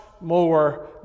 more